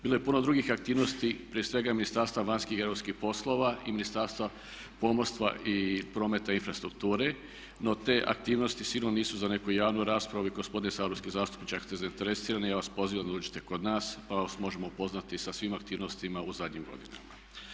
Bilo je puno drugih aktivnosti, prije svega Ministarstva vanjskih i europskih poslova i Ministarstva pomorstva, prometa i infrastrukture no te aktivnosti sigurno nisu za neku javnu raspravu i gospodin saborski zastupnik čak ste zainteresirani, ja vas pozivam da dođete kod nas pa vas možemo upoznati sa svim aktivnostima u zadnjim godinama.